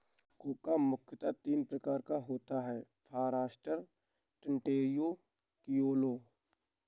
cocoa मुख्यतः तीन प्रकार का होता है फारास्टर, ट्रिनिटेरियो, क्रिओलो